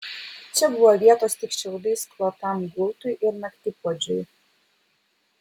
čia buvo vietos tik šiaudais klotam gultui ir naktipuodžiui